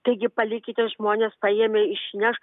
taigi palikite žmonės paėmė išneš